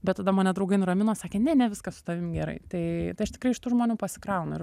bet tada mane draugai nuramino sakė ne ne viskas su tavim gerai tai tai aš tikrai iš tų žmonių pasikraunu ir